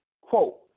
quote